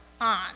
on